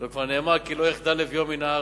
כבר נאמר, כי לא יחדל אביון מן הארץ.